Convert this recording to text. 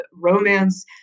romance